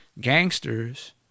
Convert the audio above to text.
gangsters